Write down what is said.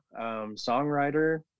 songwriter